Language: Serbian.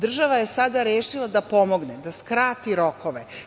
Država je sada rešila da pomogne, da skrati rokove.